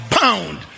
bound